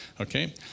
Okay